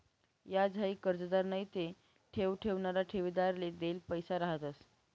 याज हाई कर्जदार नैते ठेव ठेवणारा ठेवीदारले देल पैसा रहातंस